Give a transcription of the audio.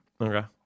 Okay